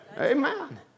Amen